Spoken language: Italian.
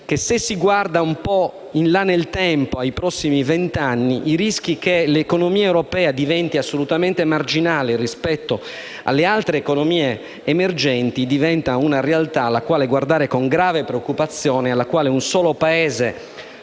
dire, se si guarda più avanti nel tempo, ai prossimi venti anni, che il rischio che l'economia europea diventi assolutamente marginale rispetto ad altre economie emergenti è una realtà alla quale guardare con grave preoccupazione e rispetto alla quale un solo Paese,